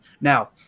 Now